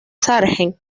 sargent